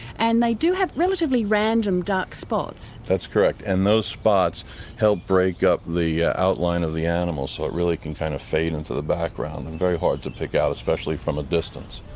and they do have relatively random dark spots. that's correct. and those spots help break up the yeah outline of the animal, so it really can kind of fade into the background and very hard to pick out especially from a distance.